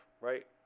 Right